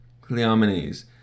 Cleomenes